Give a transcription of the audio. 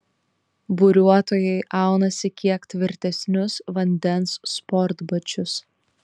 buriuotojai aunasi kiek tvirtesnius vandens sportbačius